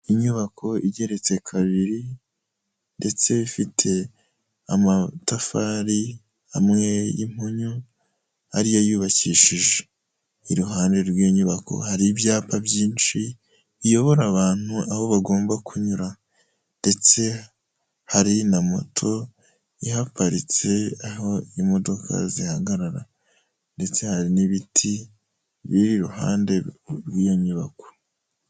Inyubako igeretse kabiri ndetse ifite amatafari amwe y'impunyu ariyo ayubakishije, iruhande rw'inyubako hari ibyapa byinshi biyobora abantu aho bagomba kunyura ndetse hari na moto ihaparitse aho imodoka zihagarara ndetse hari n'ibiti biri iruhande rw'iyo nyubako.